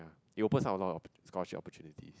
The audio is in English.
it opens up a lot of scholarship opportunity